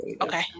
Okay